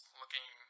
looking